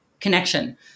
connection